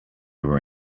were